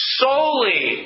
solely